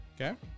okay